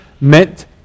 meant